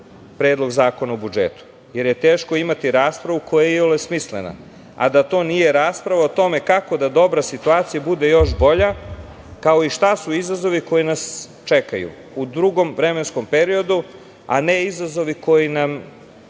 Predlog zakona o budžetu, jer je teško imati raspravu koja je iole smislena, a da to nije rasprava o tome kako da dobra situacija bude još bolja, kao i šta su izazovi koji nas čekaju u dugom vremenskom periodu, a ne izazovi koji nam